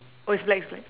oh it's black it's black